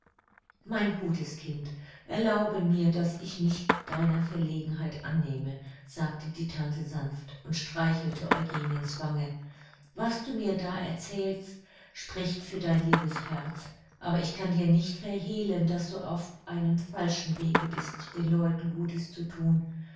mein gutes kind erlaube mir daß ich mich deiner verlegenheit annehme sagte die tante sanft und streichelte eugeniens wange was du mir da erzählt spricht für dein liebes herz aber ich kann dir nicht verhehlen daß du auf einem falschen wege bist den leuten gutes zu thun